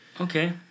Okay